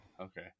Okay